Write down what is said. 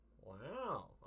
Wow